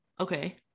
okay